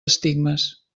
estigmes